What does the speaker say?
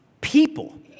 people